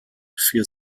für